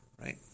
right